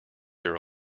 year